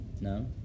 No